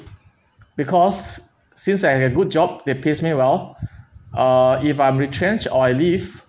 because since I had good job that pays me well uh if I'm retrenched or I leave